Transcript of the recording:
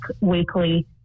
weekly